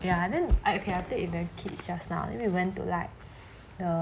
ya and then I cannot take the kids just now let me went to like the